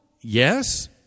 yes